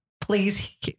please